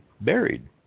buried